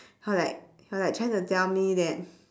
he was like he was like trying to tell me that